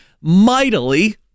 mightily